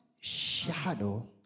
Shadow